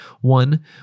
One